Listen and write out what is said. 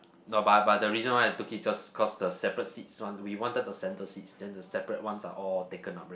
no but but the reason why I took it just cause the separate seats one we wanted the centre seats then the separate ones are all taken up already